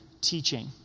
teaching